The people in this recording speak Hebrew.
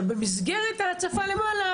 במסגרת ההצפה למעלה,